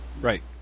Right